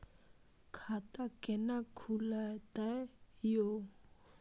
खाता केना खुलतै यो